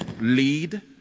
lead